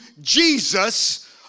Jesus